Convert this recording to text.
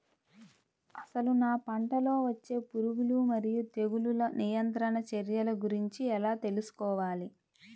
అసలు నా పంటలో వచ్చే పురుగులు మరియు తెగులుల నియంత్రణ చర్యల గురించి ఎలా తెలుసుకోవాలి?